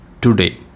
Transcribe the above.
today